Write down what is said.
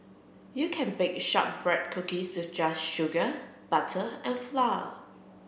you can bake shortbread cookies with just sugar butter and flour